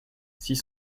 six